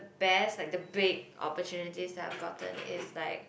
best like the big opportunities that I've gotten is like